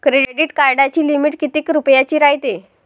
Credit कार्डाची limit कितीक रुपयाची रायते?